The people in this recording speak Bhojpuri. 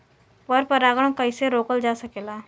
पर परागन कइसे रोकल जा सकेला?